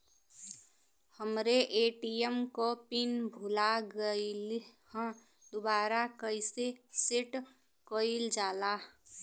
हमरे ए.टी.एम क पिन भूला गईलह दुबारा कईसे सेट कइलजाला?